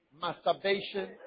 Masturbation